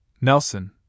Nelson